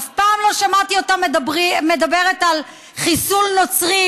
אף פעם לא שמעתי אותה מדברת על חיסול נוצרים,